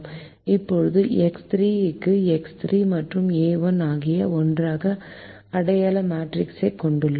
இப்போது எக்ஸ் 3 க்கு எக்ஸ் 3 மற்றும் ஏ 1 ஆகியவை ஒன்றாக அடையாள மேட்ரிக்ஸைக் கொண்டுள்ளன